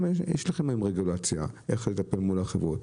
יש לכם היום רגולציה לטיפול מול החברות.